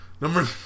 Number